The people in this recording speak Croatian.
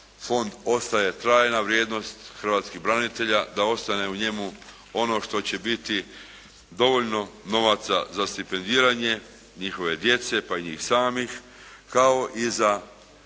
fond ostaje trajna vrijednost hrvatskih branitelja, da ostane u njemu ono što će biti dovoljno novaca za stipendiranje njihove djece pa i njih samih kao i za